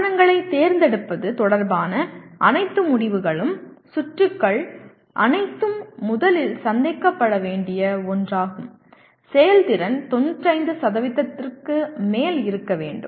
சாதனங்களைத் தேர்ந்தெடுப்பது தொடர்பான அனைத்து முடிவுகளும் சுற்றுகள் அனைத்தும் முதலில் சந்திக்கப்பட வேண்டிய ஒன்றாகும் செயல்திறன் 95 க்கு மேல் இருக்க வேண்டும்